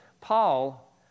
Paul